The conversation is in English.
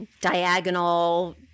diagonal